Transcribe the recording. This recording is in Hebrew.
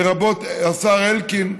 לרבות השר אלקין,